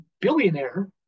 billionaire